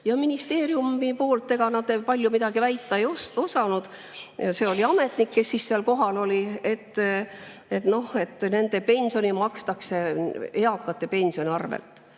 Ministeeriumi poolt nad palju midagi väita ei osanud – see oli ametnik, kes seal kohal oli –, noh, et nende pensioni makstakse eakate pensioni arvelt.